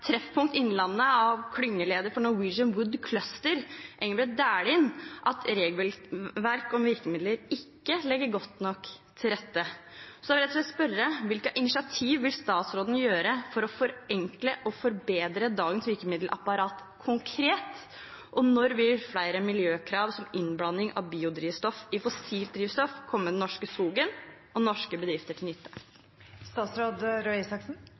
regelverk om virkemidler ikke legger godt nok til rette. Da vil jeg rett og slett spørre: Hvilke initiativ vil statsråden gjøre for å forenkle og forbedre dagens virkemiddelapparat konkret, og når vil flere miljøkrav, som innblanding av biodrivstoff i fossilt drivstoff, komme den norske skogen og norske bedrifter til